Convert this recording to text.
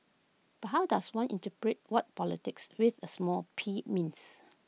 but how does one interpret what politics with A small P means